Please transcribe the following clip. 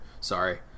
Sorry